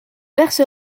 verse